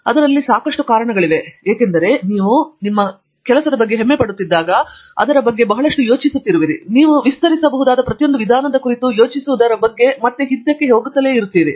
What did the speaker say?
ಅದರಲ್ಲಿ ಸಾಕಷ್ಟು ಕಾರಣಗಳಿವೆ ಏಕೆಂದರೆ ನೀವು ಅದರ ಬಗ್ಗೆ ಹೆಮ್ಮೆಪಡುತ್ತಿದ್ದಾಗ ನೀವು ಅದರ ಬಗ್ಗೆ ಬಹಳಷ್ಟು ಯೋಚಿಸುತ್ತಿರುವಾಗ ನೀವು ವಿಸ್ತರಿಸಬಹುದಾದ ಪ್ರತಿಯೊಂದು ವಿಧಾನದ ಕುರಿತು ಯೋಚಿಸುವುದರ ಬಗ್ಗೆ ಮತ್ತು ಹಿಂದಕ್ಕೆ ಹೋಗುತ್ತಲೇ ಇರುತ್ತೀರಿ